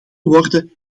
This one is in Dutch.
worden